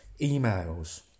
emails